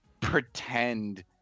pretend